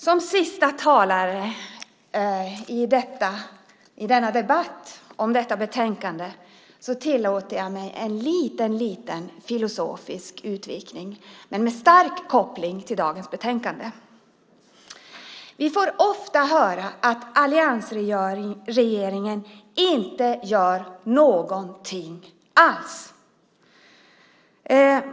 Som sista talare i denna debatt om detta betänkande tillåter jag mig en liten, liten filosofisk utvikning, men med stark koppling till dagens betänkande. Vi får ofta höra att alliansregeringen inte gör någonting alls.